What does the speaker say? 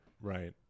right